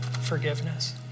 forgiveness